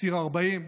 ציר 40,